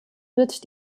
wird